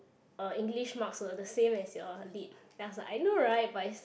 uh English marks were the same as your lit then I was like I know right but it's